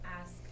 ask